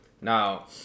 Now